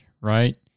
right